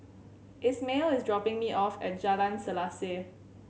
Ismael is dropping me off at Jalan Selaseh